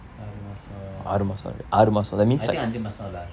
ஆறு மாதம்:aaru maatham I think ஐந்து மாதம்:ainthu maatham lah